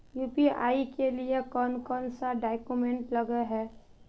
UPI के लिए कौन कौन से डॉक्यूमेंट लगे है?